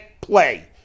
play